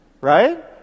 right